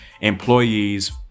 employees